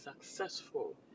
successful